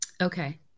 Okay